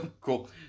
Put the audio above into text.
cool